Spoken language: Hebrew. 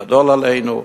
גדול עלינו",